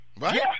Right